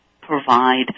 provide